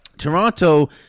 Toronto